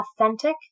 authentic